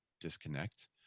disconnect